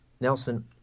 Nelson